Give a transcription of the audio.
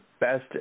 best